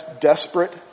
desperate